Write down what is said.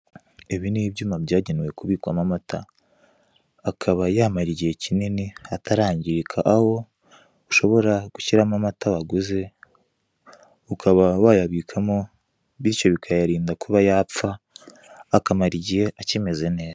Ibi ni ibyuma byagenewe kubikwamo amata akaba yamara igihe kinini atarangirika aho ushobora gushyiramo amata waguze, ukaba wayabikamo, bityo bikayarinda kuba yapfa akamara igihe akimeze neza.